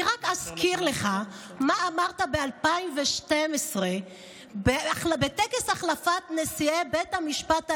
אני רק אזכיר לך מה אמרת ב-2012 בטקס החלפת נשיאי בית המשפט העליון,